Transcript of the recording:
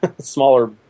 smaller